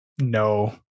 No